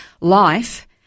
life